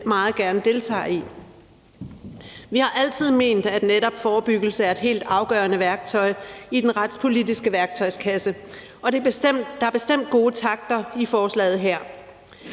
meget gerne deltager i. Vi har altid ment, at netop forebyggelse er et helt afgørende værktøj, og der er bestemt gode takter i forslaget her.